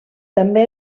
també